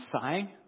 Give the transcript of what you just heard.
sighing